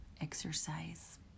exercise